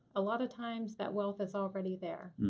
a lot of times that wealth is already there.